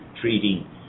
treating